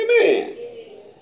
Amen